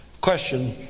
Question